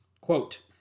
Quote